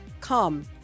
come